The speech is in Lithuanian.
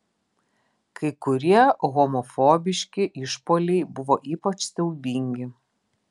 kai kurie homofobiški išpuoliai buvo ypač siaubingi